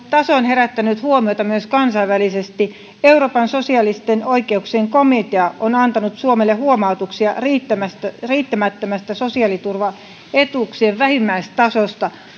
taso on herättänyt huomiota myös kansainvälisesti euroopan sosiaalisten oikeuksien komitea on antanut suomelle huomautuksia riittämättömästä riittämättömästä sosiaaliturvaetuuksien vähimmäistasosta